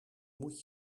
moet